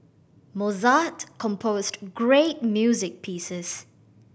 Mozart composed great music pieces